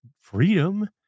freedom